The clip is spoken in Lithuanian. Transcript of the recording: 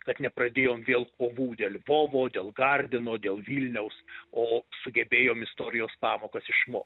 kad nepradėjom vėl kovų dėl lvovo dėl gardino dėl vilniaus o sugebėjom istorijos pamokas išmokt